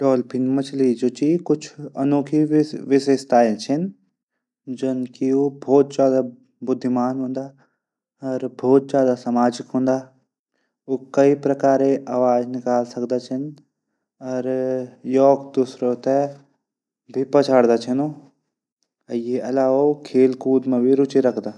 डाल्फिन मछली जू छन। कुछ अनोखी विशेषताएँ छन जनकी ऊ बहुत ज्यादा बुद्धिमान हूंदन। और बहुत ज्यादा सामाजिक हूदा। ऊ कई प्रकार आवज निकाल सकदा छन। अर दूशरो थै भी पछाणदा छन। ये अलावा ऊ खेल कूद मा भी रूचि रखदा।